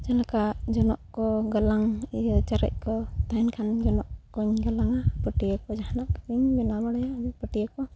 ᱪᱮᱫ ᱞᱮᱠᱟ ᱡᱚᱱᱚᱜ ᱠᱚ ᱜᱟᱞᱟᱝ ᱤᱭᱟᱹ ᱪᱟᱨᱮᱡ ᱠᱚ ᱛᱟᱦᱮᱱ ᱠᱷᱟᱱ ᱡᱚᱱᱚᱜ ᱠᱚᱧ ᱜᱟᱞᱟᱝᱟ ᱯᱟᱹᱴᱭᱟᱹ ᱠᱚ ᱡᱟᱦᱟᱱᱟᱜ ᱠᱚᱧ ᱵᱮᱱᱟᱣ ᱵᱟᱲᱟᱭᱟ ᱯᱟᱹᱴᱭᱟᱹ ᱠᱚ